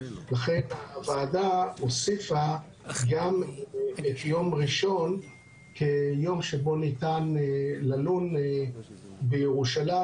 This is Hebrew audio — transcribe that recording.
לכן הוועדה הוסיפה גם את יום ראשון כיום שבו ניתן ללון בירושלים,